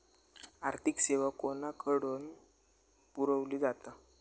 आर्थिक सेवा कोणाकडन पुरविली जाता?